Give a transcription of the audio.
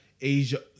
Asia